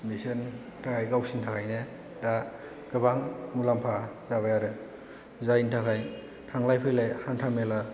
बिसोरनि थाखाय गावसिनि थाखायनो दा गोबां मुलाम्फा जाबाय आरो जायनि थाखाय थांलाय फैलाय हान्था मेला